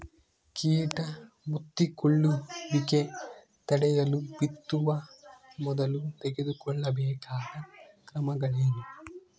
ಕೇಟ ಮುತ್ತಿಕೊಳ್ಳುವಿಕೆ ತಡೆಯಲು ಬಿತ್ತುವ ಮೊದಲು ತೆಗೆದುಕೊಳ್ಳಬೇಕಾದ ಕ್ರಮಗಳೇನು?